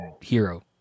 hero